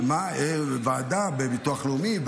ועדה בביטוח לאומי,